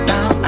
Now